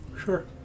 Sure